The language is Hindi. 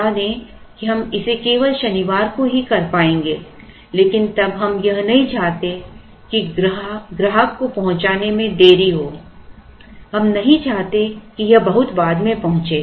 बता दें कि हम इसे केवल शनिवार को ही कर पाएंगे लेकिन तब हम यह नहीं चाहते कि ग्राहक को पहुंचाने में देरी हो हम नहीं चाहते कि यह बहुत बाद में पहुंचे